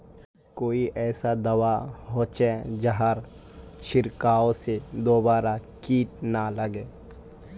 कोई ऐसा दवा होचे जहार छीरकाओ से दोबारा किट ना लगे?